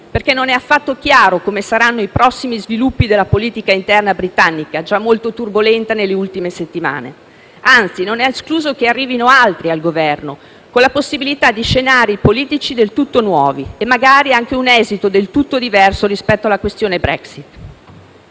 perché non è affatto chiaro come saranno i prossimi sviluppi della politica interna britannica, già molto turbolenta nelle ultime settimane; anzi, non è escluso che arrivino altri al Governo, con la possibilità di scenari politici del tutto nuovi e magari anche un esito diverso rispetto alla questione Brexit.